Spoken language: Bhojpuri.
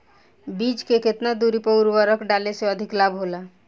बीज के केतना दूरी पर उर्वरक डाले से अधिक लाभ होला?